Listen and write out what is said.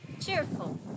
cheerful